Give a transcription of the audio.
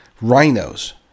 rhinos